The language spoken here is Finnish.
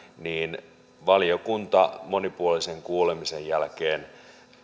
niin valiokunta monipuolisen kuulemisen jälkeen